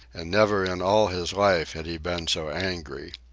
and never in all his life had he been so angry.